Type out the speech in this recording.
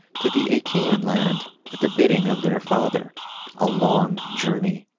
to the achaean land at the bidding of their father a long journey.